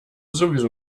sowieso